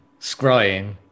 scrying